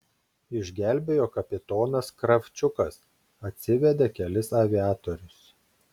išgelbėjo kapitonas kravčiukas atsivedė kelis aviatorius